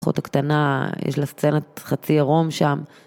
אחות הקטנה, יש לה סצנת חצי עירום שם.